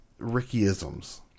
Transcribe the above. Rickyisms